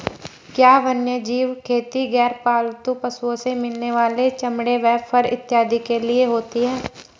क्या वन्यजीव खेती गैर पालतू पशुओं से मिलने वाले चमड़े व फर इत्यादि के लिए होती हैं?